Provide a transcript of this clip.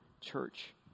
church